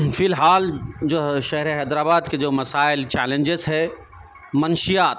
فی الحال جو ہے شہر حیدرا باد کے جو مسائل چیلنجز ہے منشیات